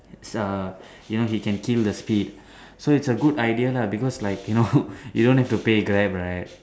is a you know he can kill the speed so it's a good idea lah because like you know you don't have to pay Grab right